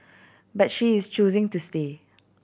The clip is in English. but she is choosing to stay